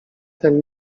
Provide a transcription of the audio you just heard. ten